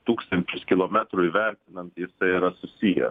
tūkstančius kilometrų įvertinant ir tai yra susiję